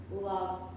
love